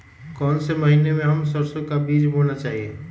कौन से महीने में हम सरसो का बीज बोना चाहिए?